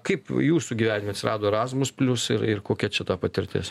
kaip jūsų gyvenime atsirado erasmus plius ir ir kokia čia ta patirtis